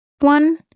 one